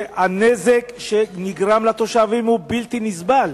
אדוני השר, שהנזק שנגרם לתושבים הוא בלתי נסבל.